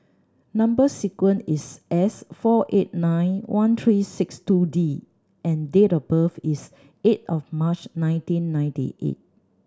number sequence is S four eight nine one three six two D and date of birth is eight of March nineteen ninety eight